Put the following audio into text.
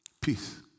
peace